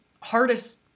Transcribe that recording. hardest